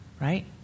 right